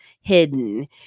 hidden